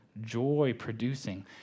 joy-producing